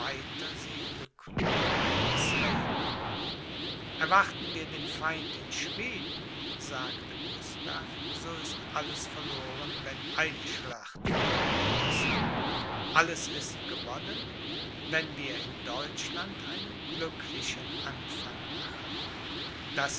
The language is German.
sehende klugheit des helden erwarten wir den feind in schweden sagte gustav so ist alles verloren wenn eine schlacht verloren ist alles ist gewonnen wenn wir in deutschland einen glücklichen anfang machen das